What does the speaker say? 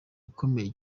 ukomeye